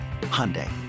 Hyundai